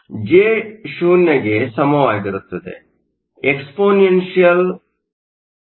J0 ಗೆ ಸಮವಾಗಿರುತ್ತದೆ exp eVkT 1